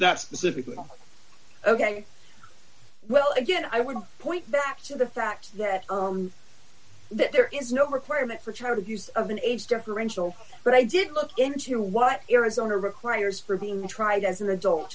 that specifically ok well again i would point back to the fact that there is no requirement for child abuse of an age differential but i did look into what arizona requires for being tried as an adult